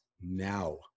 now